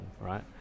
right